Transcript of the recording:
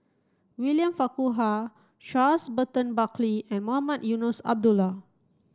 William Farquhar Charles Burton Buckley and Mohamed Eunos Abdullah